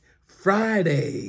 Friday